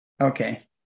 okay